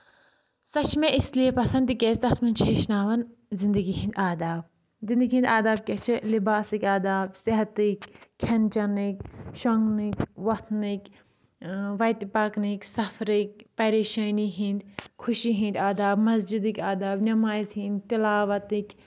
سۄ چھِ مےٚ اِسی لیے پَسنٛد تِکیازِ تَتھ منٛز چھِ ہیٚچھناوان زندگی ہٕنٛدۍ آداب زندگی ہٕنٛدۍ آداب کیاہ چھِ لِباسٕکۍ آداب صحتٕکۍ کھؠن چؠنٕکۍ شۄنٛگنٕکۍ وۄتھنٕکۍ وَتہِ پَکنٕکۍ سفرٕکۍ پریشٲنی ہِنٛدۍ خُشی ہٕنٛدۍ آداب مسجِدٕکۍ آداب نؠمازِ ہِنٛدۍ تِلاوتٕکۍ